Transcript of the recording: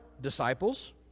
disciples